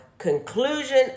Conclusion